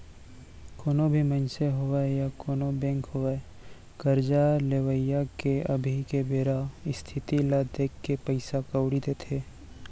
कोनो भी मनसे होवय या कोनों बेंक होवय करजा लेवइया के अभी के बेरा इस्थिति ल देखके पइसा कउड़ी देथे